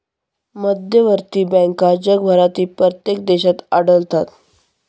मध्यवर्ती बँका जगभरातील प्रत्येक देशात आढळतात